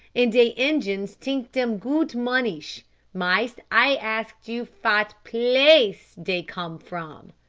and de injuns tink dem goot monish mais, i ask you fat place de come from.